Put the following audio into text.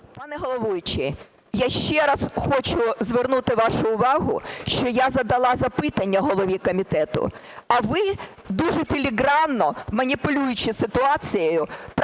Пане головуючий, я ще раз хочу звернути вашу увагу, що я задала запитання голові комітету, а ви дуже філігранно, маніпулюючи ситуацією, практично